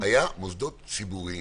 היה החרגת מוסדות ציבור.